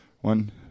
One